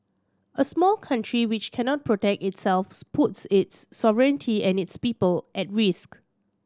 a small country which cannot protect itself puts its sovereignty and its people at risk